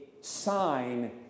sign